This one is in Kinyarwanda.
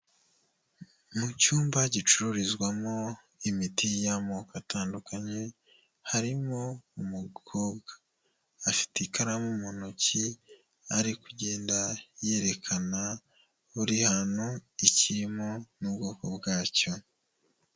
Ni icyumba gicururizwamo imiti y'amoko atandukanye, harimo umukobwa afite ikaramu mu ntoki, ari kugenda yerekana buri hantu ikirimo n'ubwoko bwacyo.